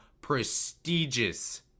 prestigious